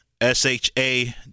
S-H-A